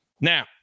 Now